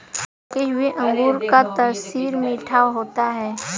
पके हुए अंगूर का तासीर मीठा होता है